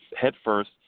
headfirst